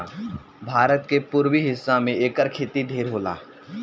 भारत के पुरबी हिस्सा में एकर खेती ढेर होला